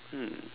hmm